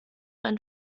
ein